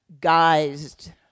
guised